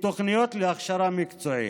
כתוכניות להכשרה מקצועית.